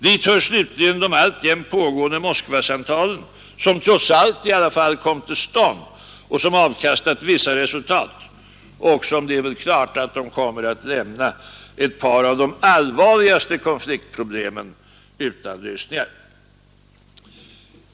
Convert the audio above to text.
Dit hör slutligen de alltjämt pågående Moskvasamtalen, som trots allt kom till stånd och som avkastat vissa resultat, också om det väl är klart att de kommer att lämna ett par av de allvarligaste konfliktproblemen utan lösningar.